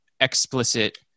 explicit